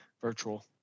virtual